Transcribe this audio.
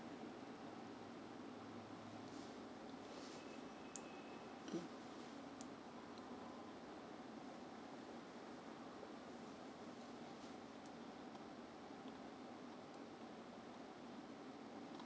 mm